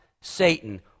Satan